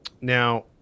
Now